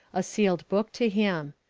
a sealed book to him.